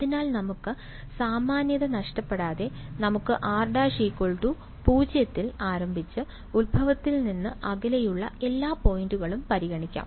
അതിനാൽ നമുക്ക് സാമാന്യത നഷ്ടപ്പെടാതെ നമുക്ക് r ′ 0 ൽ ആരംഭിച്ച് ഉത്ഭവത്തിൽ നിന്ന് അകലെയുള്ള എല്ലാ പോയിന്റുകളും പരിഗണിക്കാം